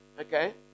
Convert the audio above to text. okay